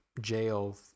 jail